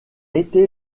été